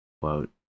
quote